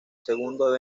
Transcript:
segundo